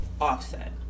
Offset